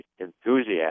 enthusiasts